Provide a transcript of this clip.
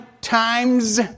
times